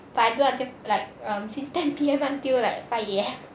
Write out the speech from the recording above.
but I do until like um since ten P_M until like five A_M